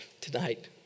tonight